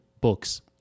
books